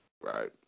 Right